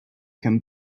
can